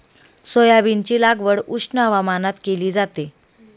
सोयाबीनची लागवड उष्ण हवामानात केली जाते